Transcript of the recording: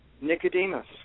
Nicodemus